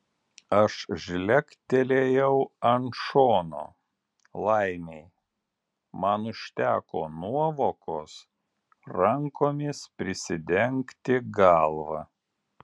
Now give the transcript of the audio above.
aš žlegtelėjau ant šono laimei man užteko nuovokos rankomis prisidengti galvą